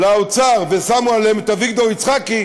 לאוצר ושמו עליהם את אביגדור יצחקי,